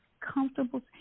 comfortable